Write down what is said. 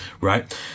Right